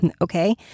okay